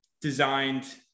designed